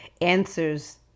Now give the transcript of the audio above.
answers